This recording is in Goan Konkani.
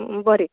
बरें